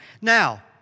Now